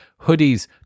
hoodies